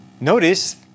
Notice